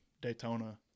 Daytona